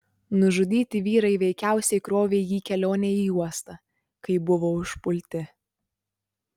nužudyti vyrai veikiausiai krovė jį kelionei į uostą kai buvo užpulti